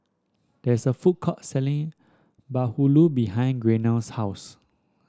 there is a food court selling bahulu behind Gaynell's house